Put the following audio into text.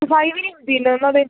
ਸਫਾਈ ਵੀ ਨਹੀਂ ਹੁੰਦੀ ਇੰਨੀ ਉਹਨਾਂ ਦੇ